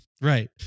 Right